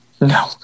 No